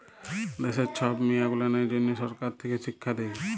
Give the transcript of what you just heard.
দ্যাশের ছব মিয়াঁ গুলানের জ্যনহ সরকার থ্যাকে শিখ্খা দেই